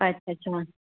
अच्छा अच्छा